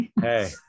Hey